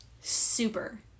super